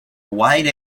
wide